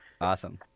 Awesome